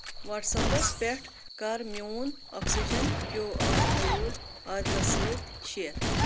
واٹس اپَس پٮ۪ٹھ کَر میون آکسِجن کیوٗ آر کوڈ عادِلس سۭتی شیر